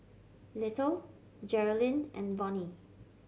Little Jerilyn and Vonnie